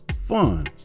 fun